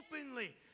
openly